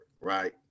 right